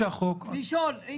לשאול.